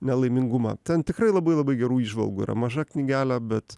nelaimingumą ten tikrai labai labai gerų įžvalgų yra maža knygelė bet